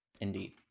Indeed